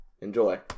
Enjoy